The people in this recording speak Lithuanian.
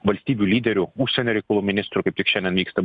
valstybių lyderių užsienio reikalų ministrų kaip tik šiandien vyksta